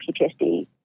PTSD